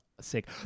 sick